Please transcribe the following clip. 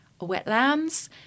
wetlands